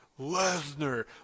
Lesnar